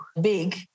big